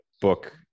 book